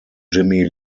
jimmy